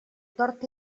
tort